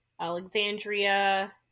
Alexandria